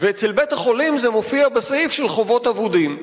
ואצל בית-החולים זה מופיע בסעיף של חובות אבודים.